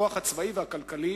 הכוח הצבאי והכלכלי,